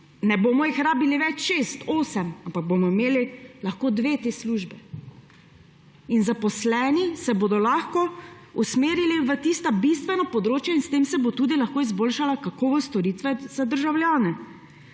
ne bomo več rabili šest, osem, ampak bomo imeli lahko dve taki službi. Zaposleni se bodo lahko usmerili v tista bistvena področja in s tem se bo tudi lahko izboljšala kakovost storitve za državljane.